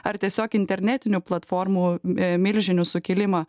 ar tiesiog internetinių platformų milžinių sukilimą